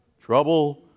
trouble